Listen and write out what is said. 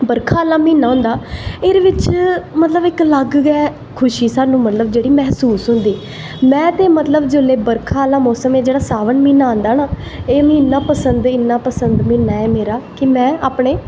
परखा आह्ला महाना होंदा एह्दे बिच्च अक अलग गै खुशी साहनू मतलव जेह्ड़ी मैह्सूस होंदी ऐ में ते मतलव जिसलै बरखा आह्ला सावन म्हीना आंदा ना एह् इन्ना पसंद इन्ना पसंद म्हीना ऐ कि में अपना